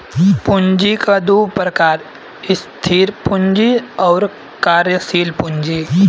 पूँजी क दू प्रकार स्थिर पूँजी आउर कार्यशील पूँजी